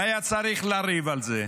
והיה צריך לריב על זה.